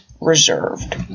reserved